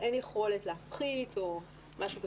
אין יכולת להפחית או לשנות,